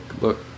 look